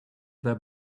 their